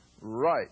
right